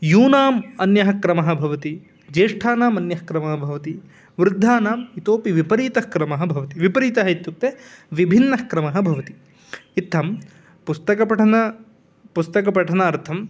यूनाम् अन्यः क्रमः भवति ज्येष्ठानामन्यः क्रमः भवति वृद्धानाम् इतोऽपि विपरीतः क्रमः भवति विपरीतः इत्युक्ते विभिन्नः क्रमः भवति इत्थं पुस्तकपठनार्थं पुस्तकपठनार्थं